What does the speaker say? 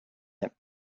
him